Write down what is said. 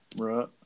right